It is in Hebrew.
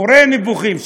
מורה נבוכים.